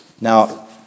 Now